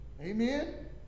Amen